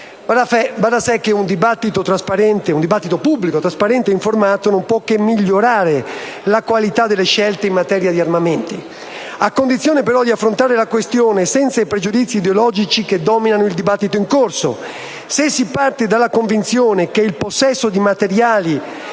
Va da sé che un dibattito pubblico trasparente e informato non può che migliorare la qualità delle scelte in materia di armamenti: a condizione, però, di affrontare la questione senza i pregiudizi ideologici che dominano il dibattito in corso. Se si parte dalla convinzione che il possesso di materiali